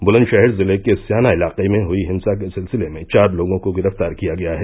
ब्लंदशहर जिले के स्याना इलाके में हुई हिंसा के सिलसिले में चार लोगों को गिरफ्तार किया गया है